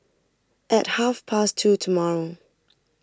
at half past two tomorrow